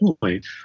point